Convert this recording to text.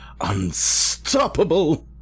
unstoppable